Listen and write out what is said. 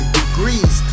degrees